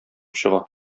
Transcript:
чыга